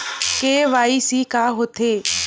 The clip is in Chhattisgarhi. के.वाई.सी का होथे?